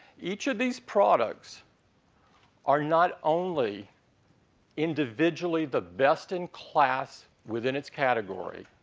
each of these products are not only individually the best in class within its category